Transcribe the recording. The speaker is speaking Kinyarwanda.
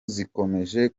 zikomeje